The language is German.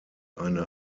eine